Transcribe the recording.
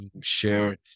share